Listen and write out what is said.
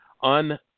on